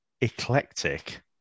eclectic